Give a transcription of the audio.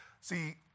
See